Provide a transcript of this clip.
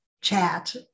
chat